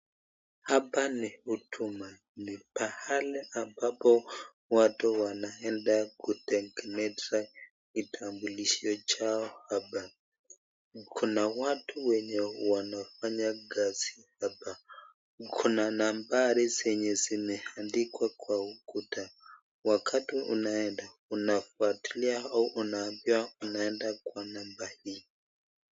Hapa ni Huduma ni mahali ambapo watu wanaenda kutengeneza kitambulisho chao hapa. Kuna watu wenye wanafanya kazi hapa. Kuna nambari zenye zimeandikwa kwa ukuta wakati unaenda unafuatilia au unawaambia unaenda kuona baadhi.